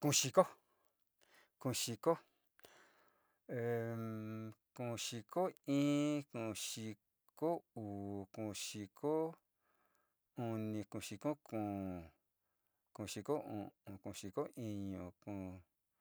kuu xiko kuu xiko kuu xiko i kuu xiko uu kuu xiko unk kuu xiko kuu, kuu xiko u'u kuu xiko iñu, kuu.